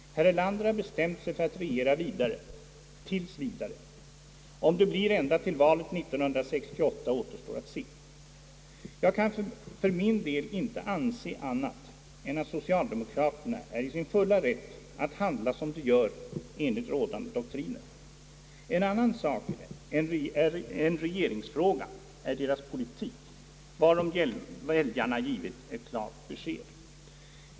Herr Erlander har bestämt sig för att regera vidare, tills vidare. Om det blir ända fram till valet 1968 återstår att se. Jag kan för min del inte anse annat än att socialdemokraterna är i sin fulla rätt att handla som de gör enligt rådande doktriner. En annan sak än regeringsfrågan är deras politik, varom väljarna givit ett klart besked.